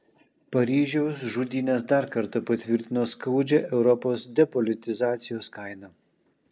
paryžiaus žudynės dar kartą patvirtino skaudžią europos depolitizacijos kainą